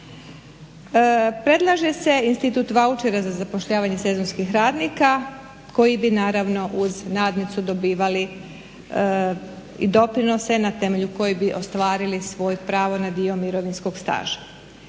Predlaže se institut vaučera za zapošljavanje sezonskih radnika koji bi naravno uz nadnicu dobivali i doprinose na temelju kojih bi ostvarili svoje pravo na dio mirovinskog staža.